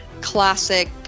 classic